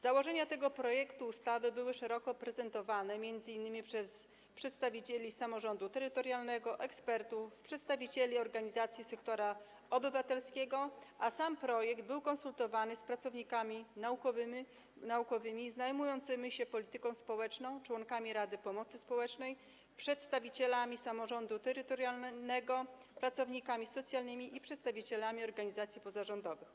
Założenia tego projektu ustawy były szeroko prezentowane m.in. przez przedstawicieli samorządu terytorialnego, ekspertów, przedstawicieli organizacji sektora obywatelskiego, a sam projekt był konsultowany z pracownikami naukowymi zajmującymi się polityką społeczną, członkami Rady Pomocy Społecznej, przedstawicielami samorządu terytorialnego, pracownikami socjalnymi i przedstawicielami organizacji pozarządowych.